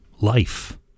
life